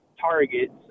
targets